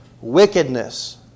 Wickedness